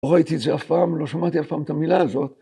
‫לא ראיתי את זה אף פעם, ‫לא שמעתי אף פעם את המילה הזאת.